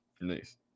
Nice